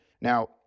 Now